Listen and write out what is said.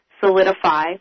solidify